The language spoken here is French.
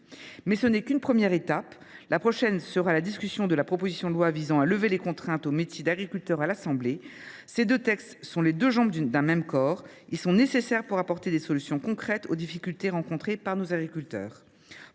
Mais ce n’est qu’une première étape. La prochaine sera la discussion, par l’Assemblée nationale, de la proposition de loi visant à lever les contraintes au métier d’agriculteur. Ces deux textes sont les deux jambes d’un même corps. Ils sont nécessaires pour apporter des solutions concrètes aux difficultés rencontrées par les agriculteurs.